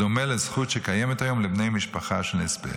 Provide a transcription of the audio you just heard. בדומה לזכות שקיימת היום לבני משפחה של נספה.